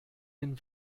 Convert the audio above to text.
den